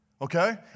okay